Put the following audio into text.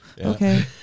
okay